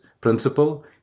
principle